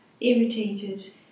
irritated